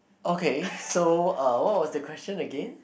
okay so uh what was the question again